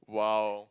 !wow!